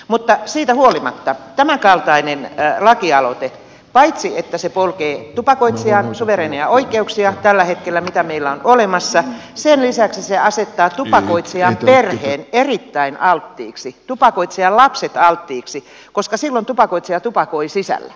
mutta siitä huolimatta tämänkaltainen lakialoite paitsi että se polkee tupakoitsijan suvereeneja oikeuksia tällä hetkellä mitä meillä on olemassa sen lisäksi asettaa tupakoitsijan perheen erittäin alttiiksi tupakoitsijan lapset alttiiksi koska silloin tupakoitsija tupakoi sisällä